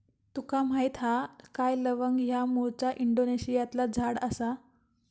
तुका माहीत हा काय लवंग ह्या मूळचा इंडोनेशियातला झाड आसा